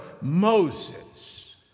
Moses